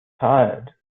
tired